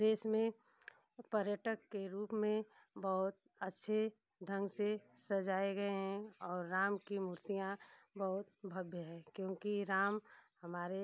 देश में पर्यटक के रूप में बहुत अच्छे ढंग से सजाए गए हैं और राम की मूर्तियाँ बहुत भव्य है क्योंकि राम हमारे